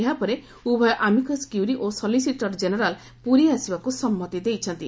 ଏହା ପରେ ଉଭୟ ଆମିକସ୍ କ୍ୟୁରୀ ଓ ସଲିସିଟର ଜେନେରାଲ ପୁରୀ ଆସିବାକୁ ସମ୍ମତି ଦେଇଛନ୍ତି